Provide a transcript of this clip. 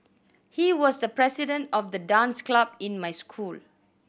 he was the president of the dance club in my school